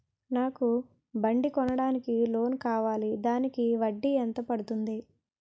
నాకు బండి కొనడానికి లోన్ కావాలిదానికి వడ్డీ ఎంత పడుతుంది?